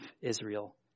Israel